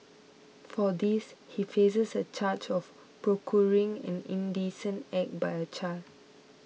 for this he faces a charge of procuring an indecent act by a child